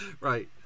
right